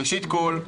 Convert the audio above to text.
ראשית כל,